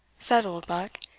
said oldbuck,